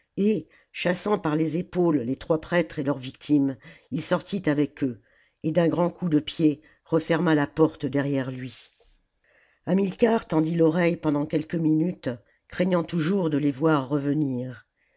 chassant par les épaules les trois prêtres et leur victime il sortit avec eux et d'un grand coup de pied referma la porte derrière lui hamilcar tendit l'oreille pendant quelques minutes craignant toujours de les voir revenir